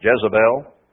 Jezebel